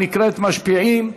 הנקראת "משפיעים",